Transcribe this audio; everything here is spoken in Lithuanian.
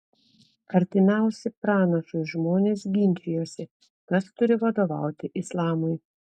artimiausi pranašui žmonės ginčijosi kas turi vadovauti islamui